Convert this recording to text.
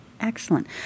Excellent